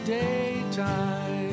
daytime